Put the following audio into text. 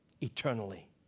eternally